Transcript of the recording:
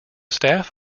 staff